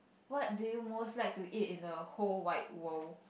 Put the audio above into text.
what do you most like to eat in the whole wide world